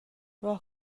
راه